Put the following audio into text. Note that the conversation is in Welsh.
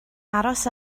aros